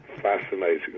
Fascinating